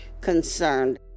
concerned